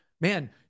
Man